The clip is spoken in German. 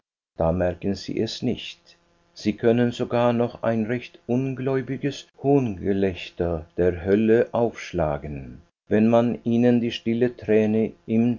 da merken sie es nicht sie können sogar noch ein recht ungläubiges hohngelächter der hölle aufschlagen wenn man ihnen die stille träne im